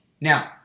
Now